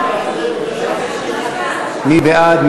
מי בעד?